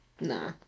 Nah